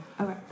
Okay